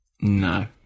No